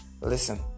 listen